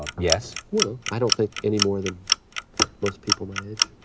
yes? no, i don't think any more than most people my age.